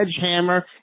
sledgehammer